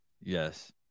Yes